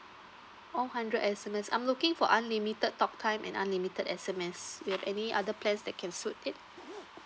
one hundred S_M_S I'm looking for unlimited talk time and unlimited S_M_S you have any other plans that can suit it